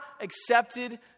accepted